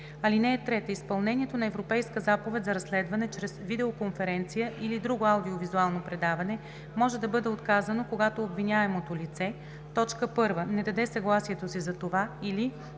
на защита. (3) Изпълнението на Европейска заповед за разследване чрез видеоконференция или друго аудио-визуално предаване може да бъде отказано, когато обвиняемото лице: 1. не даде съгласието си за това, или 2.